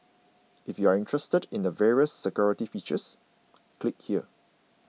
if you're interested in the various security features click here